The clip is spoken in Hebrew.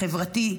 החברתי,